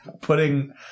putting